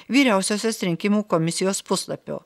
vyriausiosios rinkimų komisijos puslapio